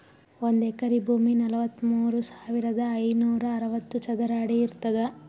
ಒಂದ್ ಎಕರಿ ಭೂಮಿ ನಲವತ್ಮೂರು ಸಾವಿರದ ಐನೂರ ಅರವತ್ತು ಚದರ ಅಡಿ ಇರ್ತದ